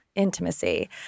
Intimacy